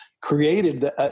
created